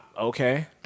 Okay